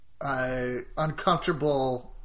uncomfortable